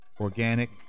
organic